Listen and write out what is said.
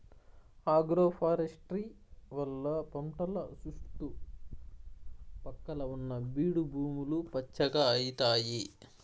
agroforestry వల్ల పంటల సుట్టు పక్కల ఉన్న బీడు భూములు పచ్చగా అయితాయి